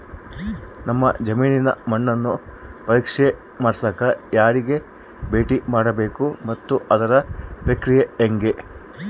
ನಮ್ಮ ಜಮೇನಿನ ಮಣ್ಣನ್ನು ಪರೇಕ್ಷೆ ಮಾಡ್ಸಕ ಯಾರಿಗೆ ಭೇಟಿ ಮಾಡಬೇಕು ಮತ್ತು ಅದರ ಪ್ರಕ್ರಿಯೆ ಹೆಂಗೆ?